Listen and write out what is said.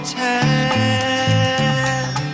time